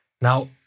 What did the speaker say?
Now